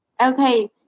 Okay